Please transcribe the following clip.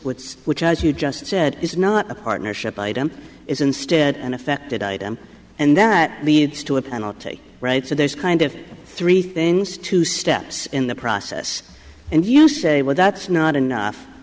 with which as you just said it's not a partnership item is instead an affected item and that leads to a penalty right so there's kind of three things two steps in the process and you say well that's not enough